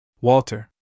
Walter